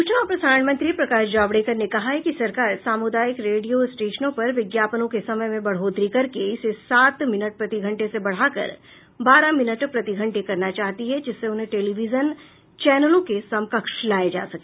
सूचना और प्रसारण मंत्री प्रकाश जावड़ेकर ने कहा है कि सरकार सामुदायिक रेडियो स्टेशनों पर विज्ञापनों के समय में बढ़ोतरी करके इसे सात मिनट प्रति घंटे से बढ़ाकर बारह मिनट प्रतिघंटे करना चाहती है जिससे उन्हें टेलीविजन चैनलों के समकक्ष लाया जा सके